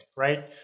right